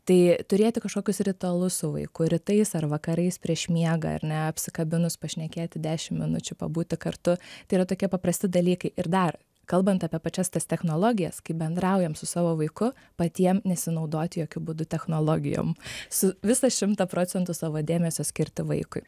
tai turėti kažkokius ritualus su vaiku rytais ar vakarais prieš miegą ir na apsikabinus pašnekėti dešimt minučių pabūti kartu tai yra tokie paprasti dalykai ir dar kalbant apie pačias tas technologijas kai bendraujam su savo vaiku patiem nesinaudoti jokiu būdu technologijom su visą šimtą procentų savo dėmesio skirti vaikui